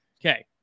Okay